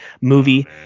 movie